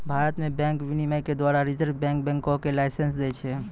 भारत मे बैंक विनियमन के द्वारा रिजर्व बैंक बैंको के लाइसेंस दै छै